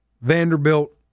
Vanderbilt